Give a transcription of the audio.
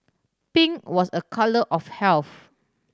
pink was a colour of health